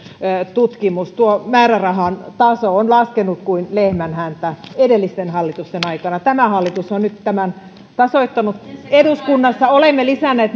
tutkimus tuo määrärahan taso on laskenut kuin lehmän häntä edellisten hallitusten aikana tämä hallitus on nyt tämän tasoittanut eduskunnassa olemme lisänneet